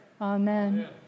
Amen